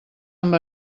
amb